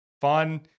fun